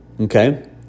okay